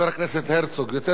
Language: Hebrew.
לחוק מאוד